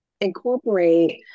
incorporate